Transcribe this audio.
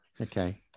Okay